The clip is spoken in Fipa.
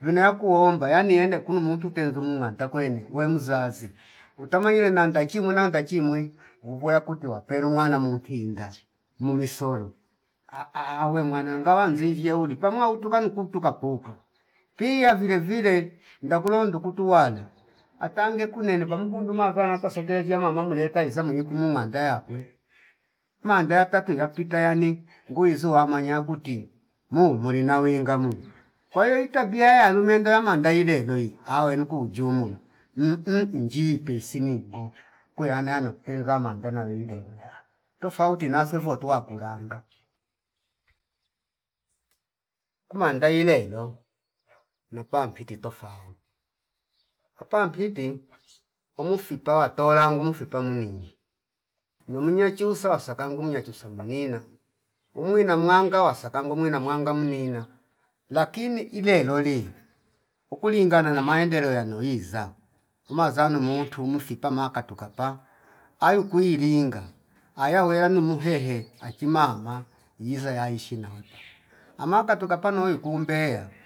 vino ya kuomba yani yene kulu muntu kezu munganta kwene we mzazi utamanyile nanda kwi mwinanta kimwi mvua ya kuti wa pelu mwana muntinda mumisolo ahh awe mwana ngawa mvivyo uli pamua utu kanu kuntu kapoka pia vile vile ndakulo ndugutu wala atange kunene panuku nduma afa nata soke vyamama muleta isamu ikumu muwandaya akwe umandaya tati wapita yane ngiuzi wamanya kuti muu muli nawe ngamu, kwaele itabia yalume ndamanda ile iloi awe nuku jumula mhh mjipe simi imbaka kuya neano mkizama mbena niilo ilo tofauti na sevo otuwa kuranga. Kumangaile elo nupa mpiti tofauti apa mpimpi umu fipa watola ngu mfipa mnina nu mnyachusa wasakangu mnyachusa mnina umwina mwangawa wasakango mwina mwanga mnina lakini ile loli ukilingana na maendelo yanowiza umazanu muntu mufipa maka tukata ayo kwiilinga ayawe yanu muhehe achimama iiza yaishi naota amaka tuka pano wekumbea